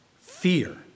Fear